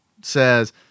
says